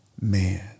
man